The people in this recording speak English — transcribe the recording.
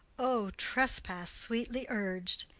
o trespass sweetly urg'd!